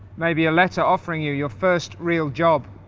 maybe a letter offering you your first real job.